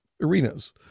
arenas